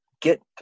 get